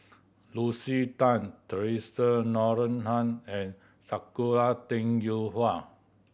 Lucy Tan Theresa Noronha and Sakura Teng Ying Hua